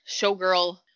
showgirl